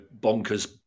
bonkers